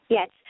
Yes